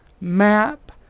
Map